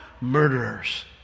murderers